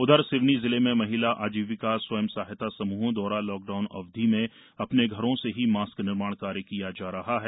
उधर सिवनी जिले में महिला आजीविका स्वयं सहायता समूहों द्वारा लॉकडाउन अवधि में अपने घरों से ही मास्क निर्माण कार्य किया जा रहा है